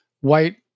white